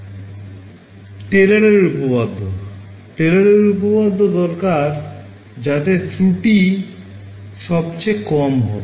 Taylor এর উপপাদ্য Taylor এর উপপাদ্য দরকার যাতে ত্রুটি সবচেয়ে কম হবে